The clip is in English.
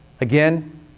Again